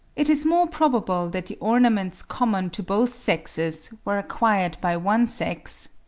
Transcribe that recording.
it is more probable that the ornaments common to both sexes were acquired by one sex,